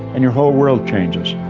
and your whole world changes.